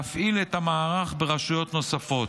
להפעיל את המערך ברשויות נוספות.